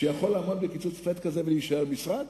שיכול לעמוד בקיצוץ flat כזה ולהישאר משרד?